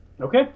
Okay